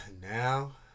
Now